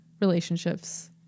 relationships